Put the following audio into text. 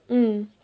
mm